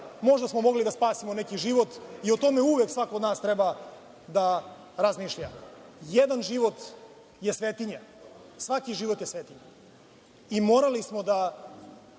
možda smo mogli da spasemo neki život i o tome uvek svako od nas treba da razmišlja. Jedan život je svetinja. Svaki život je svetinja. Morali smo da